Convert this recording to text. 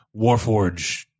Warforge